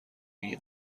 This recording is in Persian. این